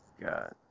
God